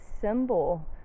symbol